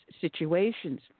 situations